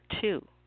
two